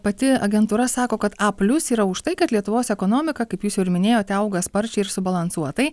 pati agentūra sako kad a plius yra už tai kad lietuvos ekonomika kaip jūs jau ir minėjot auga sparčiai ir subalansuotai